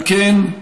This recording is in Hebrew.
על כן,